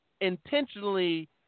Intentionally